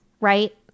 right